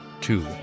two